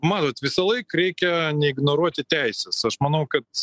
matot visąlaik reikia neignoruoti teisės aš manau kad